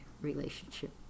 relationship